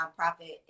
nonprofit